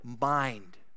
mind